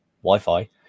Wi-Fi